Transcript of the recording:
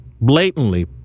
blatantly